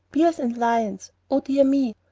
bears and lions! oh, dear me!